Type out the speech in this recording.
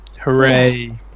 Hooray